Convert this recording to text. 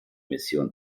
mission